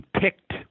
picked